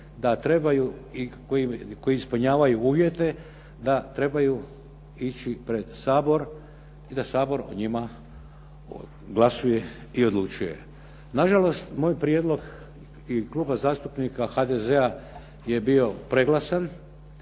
koji ispunjavaju uvjete, da trebaju ići pred Sabor i da Sabor o njima glasuje i odlučuje. Nažalost moj prijedlog i Kluba zastupnika HDZ-a je bio preglasan,